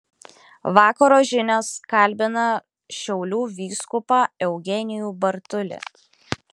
vakaro žinios kalbina šiaulių vyskupą eugenijų bartulį